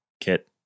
Kit